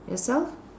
yourself